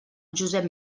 josep